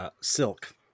Silk